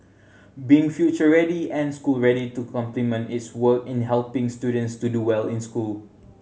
being future ready and school ready to complement its work in helping students to do well in school